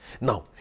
Now